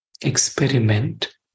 experiment